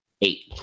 Eight